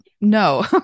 no